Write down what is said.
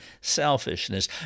selfishness